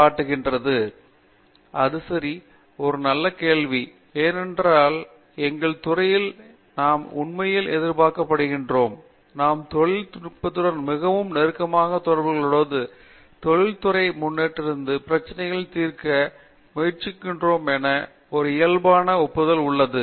பேராசிரியர் ஸ்ரீகாந்த் வேதாந்தம் சரி இது ஒரு நல்ல கேள்வி ஏனெனில் எங்கள் துறையிலேயே நாம் உண்மையில் எதிர்பார்க்கப்படுகிறோம் நாம் தொழில் நுட்பத்துடன் மிகவும் நெருக்கமாக தொடர்புகொள்வதோடு தொழிற்துறை முன்னோக்கிலிருந்து பிரச்சினைகளைத் தீர்க்க முயற்சிக்கிறோமென ஒரு இயல்பான ஒப்புதல் உள்ளது